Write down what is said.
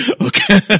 Okay